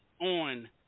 on